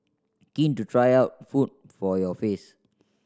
keen to try out food for your face